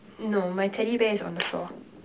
no my teddy bear is on the floor